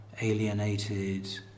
alienated